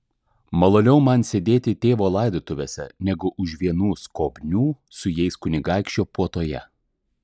maloniau man sėdėti tėvo laidotuvėse negu už vienų skobnių su jais kunigaikščio puotoje